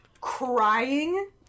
crying